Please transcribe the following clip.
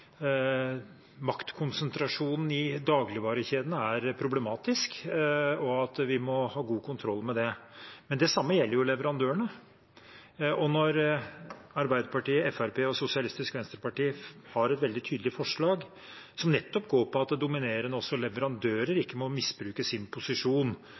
maktkonsentrasjonen i dagligvarekjeden er problematisk, og at vi må ha god kontroll med det. Men det samme gjelder jo leverandørene. Når Arbeiderpartiet, Fremskrittspartiet og Sosialistisk Venstreparti har et veldig tydelig forslag som går på at heller ikke dominerende leverandører må misbruke sin posisjon